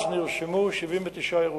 שבה נרשמו 79 אירועים.